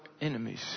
enemies